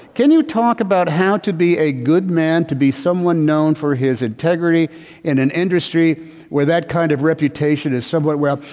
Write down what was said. can you talk about how to be a good man to be someone known or his integrity in an industry where that kind of reputation is somewhat well,